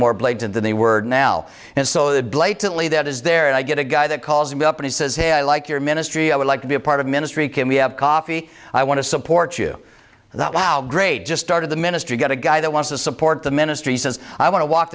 more blatant than they were now and so that blatantly that is there and i get a guy that calls me up and says hey i like your ministry i would like to be a part of ministry can we have coffee i want to support you that wow great just started the ministry got a guy that wants to support the ministry says i want to walk